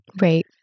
Right